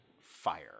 fire